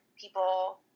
people